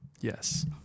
Yes